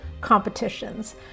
competitions